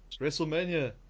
WrestleMania